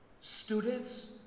students